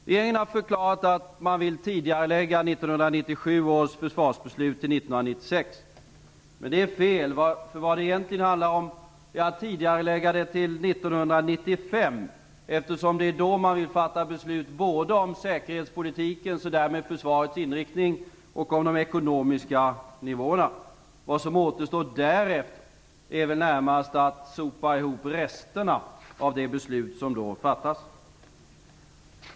Regeringen har förklarat att man vill tidigarelägga 1997 års försvarsbeslut till 1996. Det är fel. Vad det egentligen handlar om är att tidigarelägga det till 1995, eftersom det är då man fattar beslut både om säkerhetspolitiken och därmed försvarets inriktning och om de ekonomiska nivåerna. Vad som återstår därefter är väl närmast att sopa ihop resterna av de beslut som då fattas.